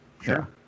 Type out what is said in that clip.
Sure